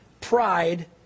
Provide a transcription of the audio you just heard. Pride